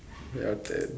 your turn